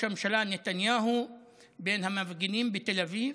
הממשלה נתניהו בין המפגינים בתל אביב,